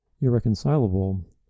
irreconcilable